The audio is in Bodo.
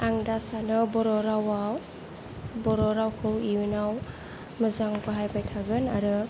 आं दा सानो बर' रावआव बर' रावखौ इयुनाव मोजां बाहायबाय थागोन आरो